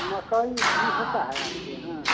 मकई भी होता है आपके यहाँ